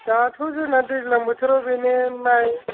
दाथ' जोंना दैज्लां बोथोराव बेनो माइ